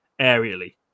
aerially